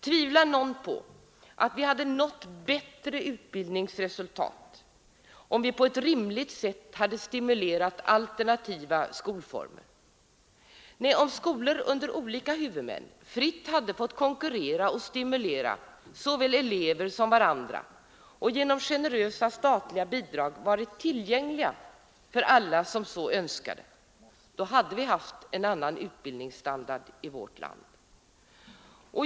Tvivlar någon på att vi hade nått bättre utbildningsresultat om vi på ett rimligt sätt hade stimulerat alternativa skolformer? Nej, om skolor under olika huvudmän fritt hade fått konkurrera och stimulera såväl elever som varandra och genom generösa statliga bidrag varit tillgängliga för alla som så önskade, då hade vi haft en annan utbildningsstandard i vårt land.